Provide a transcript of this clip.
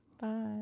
Bye